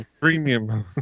Premium